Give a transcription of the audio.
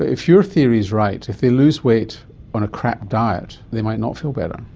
if your theory is right, if they lose weight on a crap diet, they might not feel better.